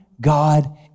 God